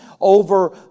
over